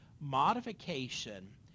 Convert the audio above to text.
Modification